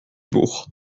bourg